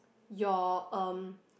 your um